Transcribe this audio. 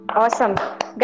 Awesome